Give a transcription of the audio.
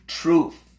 truth